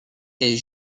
est